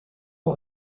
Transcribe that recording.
aux